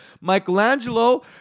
michelangelo